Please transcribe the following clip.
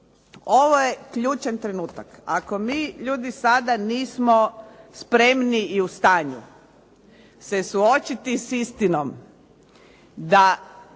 Ovo je ključan trenutak. Ako mi ljudi sada nismo spremni i u stanju se suočiti s istinom da